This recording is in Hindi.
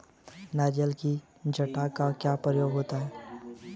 नारियल की जटा का क्या प्रयोग होता है?